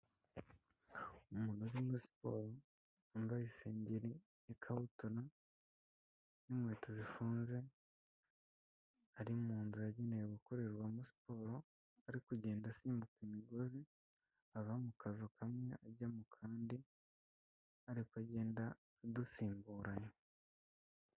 Umuntu uri muri siporo wambaye isengeri ikabutura n'inkweto zifunze ari mu nzira yagenewe gukorerwamo siporo ari kugenda asimbuka imigozi ava mu kazu kamwe ajya mu kandi ariko agenda adusimburanya.